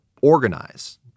organize